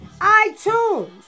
iTunes